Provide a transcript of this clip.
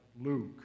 Luke